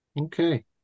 Okay